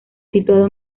situado